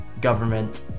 government